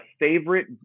favorite